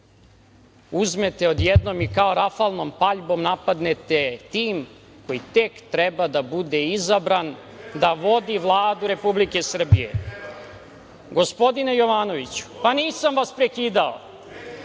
mestu. Uzmete odjednom i kao rafalnom paljbom napadnete tim koji tek treba da bude izabran, da vodi Vladu Republike Srbije. Gospodine Jovanoviću, nisam vas prekidao.